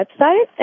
website